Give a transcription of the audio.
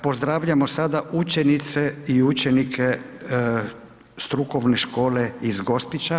Pozdravljamo sada učenice i učenike strukovne škole iz Gospića.